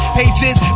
pages